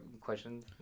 questions